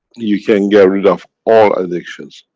you can get rid of all addictions.